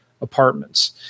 apartments